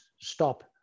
stop